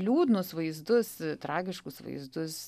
liūdnus vaizdus tragiškus vaizdus